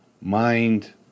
mind